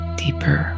deeper